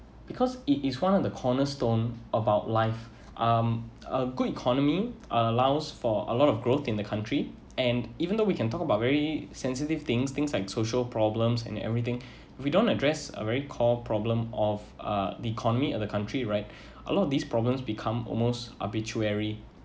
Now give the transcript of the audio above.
because it is one of the cornerstone about life um a good economy allows for a lot of growth in the country and even though we can talk about very sensitive things things like social problems and everything we don't address a very core problem of uh the economy of the country right a lot of these problems become almost arbitrary